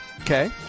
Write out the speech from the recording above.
Okay